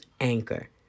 Anchor